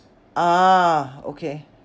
ah okay